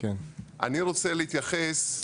אני רוצה להתייחס,